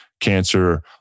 cancer